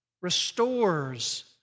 Restores